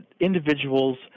individuals